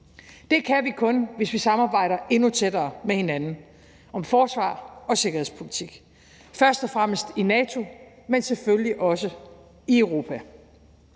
Det kan vi kun, hvis vi samarbejde endnu tættere med hinanden om forsvar og sikkerhedspolitik, først og fremmest i NATO, men selvfølgelig også i Europa.